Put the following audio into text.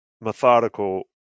methodical